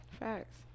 Facts